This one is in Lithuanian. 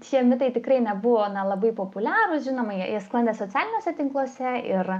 šie mitai tikrai nebuvo labai populiarūs žinoma jie sklandė socialiniuose tinkluose ir